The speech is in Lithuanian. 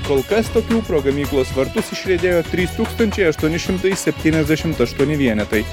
kol kas tokių pro gamyklos vartus išriedėjo trys tūkstančiai aštuoni šimtai septyniasdešimt aštuoni vienetai